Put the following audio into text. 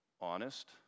Honest